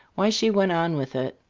why she went on with it.